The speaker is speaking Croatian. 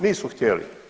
Nisu htjeli.